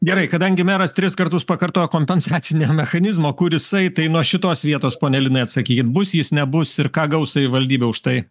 gerai kadangi meras tris kartus pakartojo kompensacinį mechanizmo kur jisai tai nuo šitos vietos pone linai atsakykit bus jis nebus ir ką gaus savivaldybė už tai